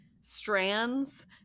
strands